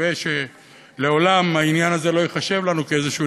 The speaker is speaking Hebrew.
מקווה שלעולם העניין הזה לא ייחשב לנו כאיזשהו